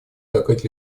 закрыть